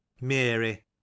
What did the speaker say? Mary